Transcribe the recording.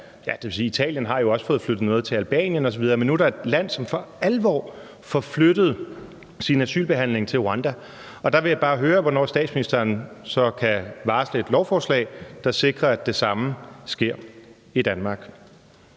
det vil sige, Italien har jo også fået flyttet noget til Albanien osv. – at der nu er et land, som for alvor får flyttet sin asylbehandling til Rwanda. Og der vil jeg bare høre, hvornår statsministeren så kan varsle et lovforslag, der sikrer, at det samme sker i Danmark.